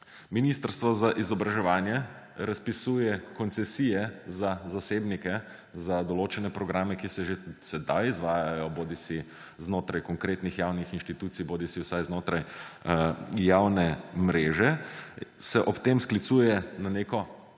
ministrstvo za izobraževanje razpisuje koncesije za zasebnike, za določene programe, ki se že sedaj izvajajo bodisi znotraj konkretnih javnih inštitucij bodisi vsaj znotraj javne mreže, in se ob tem sklicuje na neko